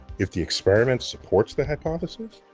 if the experiment supports the hypothesis,